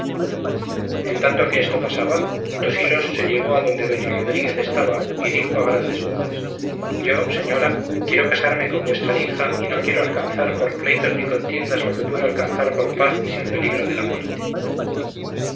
en tanto que esto pasaba tosilos se llegó adonde doña rodríguez estaba y dijo a grandes voces yo señora quiero casarme con vuestra hija y no quiero alcanzar por pleitos ni contiendas lo que puedo alcanzar por paz y sin peligro de la muerte